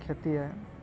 କ୍ଷତି ଆଏ